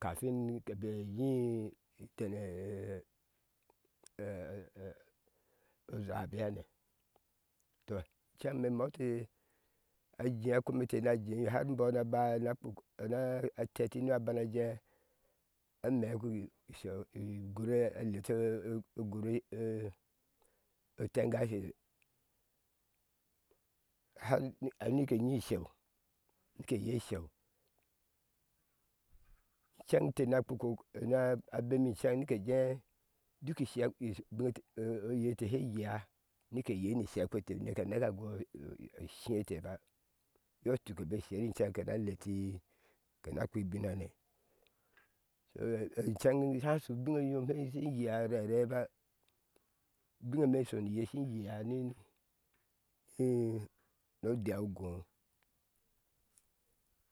Kafin nike be nyii iidene zabe hane tɔceŋ me mote ajea kome ete na jei har inbɔne aba na kpi anateti ana bana jee ameeku isheu ugure a a leta ogure itengashe har nke yi isheu te yi isheu ceŋ inte na kpi kok na bemi ceŋnike jee duk isheekpe et oyete she yea nike yee ni shekpete nike neka aneka agoi ishii ete ba yɔitak ceŋ bik háá shu ubiŋe yime she yei arɛrɛba ubiŋe eme shoni ye shin yea ni imm no déé o gɔɔ